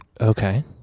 okay